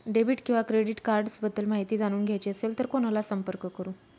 Debit किंवा credit cards बद्दल माहिती जाणून घ्यायची असेल तर कोणाला संपर्क करु?